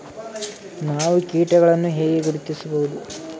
ನಾವು ಕೀಟಗಳನ್ನು ಹೇಗೆ ಗುರುತಿಸಬಹುದು?